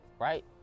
right